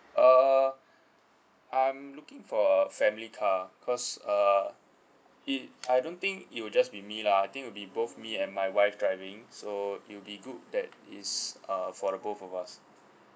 err I'm looking for a family car because uh it I don't think it will just be me lah I think will be both me and my wife driving so it'll be good that it's uh for the both of us